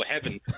heaven